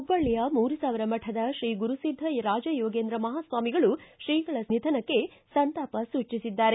ಹುಬ್ಬಳ್ಳಿಯ ಮೂರುಸಾವಿರ ಮಠದ ಶ್ರೀ ಗುರುಸಿದ್ದ ರಾಜಯೋಗೇಂದ್ರ ಮಹಾಸ್ವಾಮಿಗಳು ಶ್ರೀಗಳ ನಿಧನಕ್ಕೆ ಸಂತಾಪ ಸೂಚಿಸಿದ್ದಾರೆ